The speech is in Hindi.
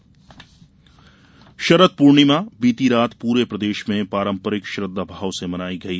शरद पूर्णिमा शरद पूर्णिमा बीती रात पूरे प्रदेश में पारंपरिक श्रद्वाभाव से मनाई गई